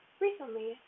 Recently